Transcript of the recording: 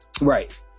right